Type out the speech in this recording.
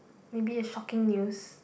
maybe a shocking news